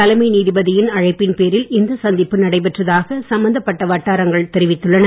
தலைமை நீதிபதியின் அழைப்பின் பேரில் இந்த சந்திப்பு நடைபெற்றதாக சம்பந்தப்பட்ட வட்டாரங்கள் தெரிவித்துள்ளன